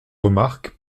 remarques